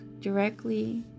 directly